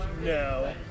No